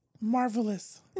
marvelous